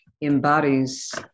embodies